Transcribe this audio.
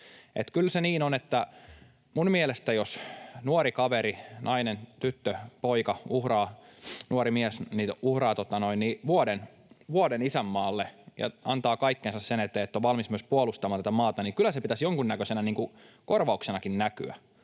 Kyllä se niin on, että minun mielestäni, jos nuori kaveri, nainen, tyttö, poika tai nuori mies uhraa vuoden isänmaalle ja antaa kaikkensa sen eteen, että on valmis myös puolustamaan tätä maata, niin kyllä sen pitäisi jonkunnäköisenä korvauksenakin näkyä.